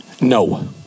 No